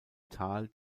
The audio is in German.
tal